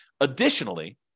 Additionally